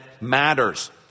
matters